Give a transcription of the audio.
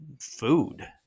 food